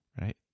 right